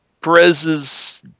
Perez's